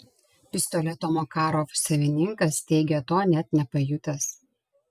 pistoleto makarov savininkas teigia to net nepajutęs